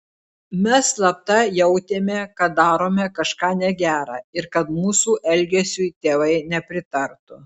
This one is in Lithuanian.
mes slapta jautėme kad darome kažką negera ir kad mūsų elgesiui tėvai nepritartų